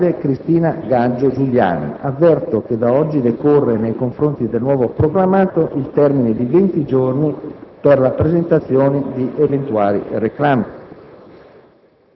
Adelaide Cristina Gaggio Giuliani. Avverto che da oggi decorre, nei confronti della nuova proclamata, il termine di venti giorni per la presentazione di eventuali reclami.